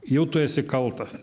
jau tu esi kaltas